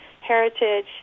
heritage